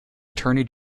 attorney